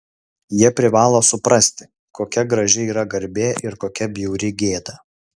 jie privalo suprasti kokia graži yra garbė ir kokia bjauri gėda